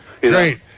Great